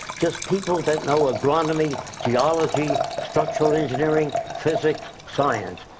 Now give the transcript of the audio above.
just people that know agronomy, geology, structural engineering, physics, science.